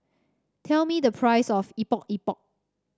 tell me the price of Epok Epok